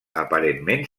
aparentment